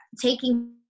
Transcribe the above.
taking